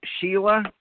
Sheila